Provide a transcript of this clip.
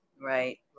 Right